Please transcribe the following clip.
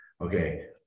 Okay